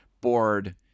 bored